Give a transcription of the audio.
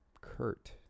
Kurt